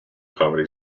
comedy